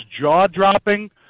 jaw-dropping